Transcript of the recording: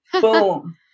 boom